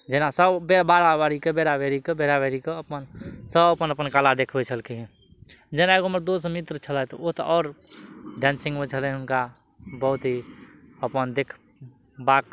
जेना सब बारह बारीके बेराबेरीके बेराबेरीके अपन सब अपन अपन कला देखबय छलखिन जेना एगो हमर दोस्त मित्र छलथि ओ तऽ आओर डांसिंगमे छलै हुनका बहुत ही अपन देखेबाक